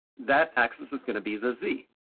that axis is gonna be the z.